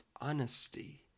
honesty